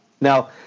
Now